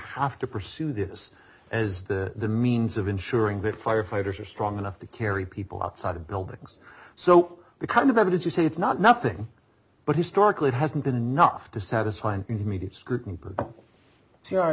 have to pursue this as the means of ensuring that firefighters are strong enough to carry people outside of buildings so the kind of evidence you see it's not nothing but historically it hasn't been enough to satisfy an immediate scrutiny